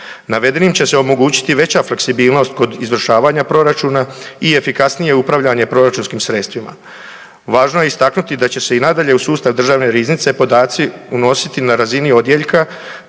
Navedenim će se omogućiti veća fleksibilnost kod izvršavanja proračuna i efikasnije upravljanje proračunskim sredstvima. Važno je istaknuti da će se i nadalje u sustav državne riznice podaci unositi na razini odjeljka,